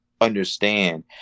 understand